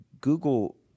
Google